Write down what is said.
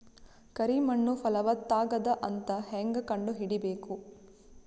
ಕರಿ ಮಣ್ಣು ಫಲವತ್ತಾಗದ ಅಂತ ಹೇಂಗ ಕಂಡುಹಿಡಿಬೇಕು?